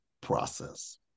process